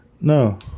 No